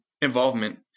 involvement